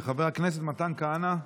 חבר הכנסת מתן כהנא.